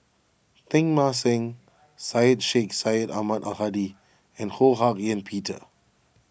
Teng Mah Seng Syed Sheikh Syed Ahmad Al Hadi and Ho Hak Ean Peter